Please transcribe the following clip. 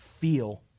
feel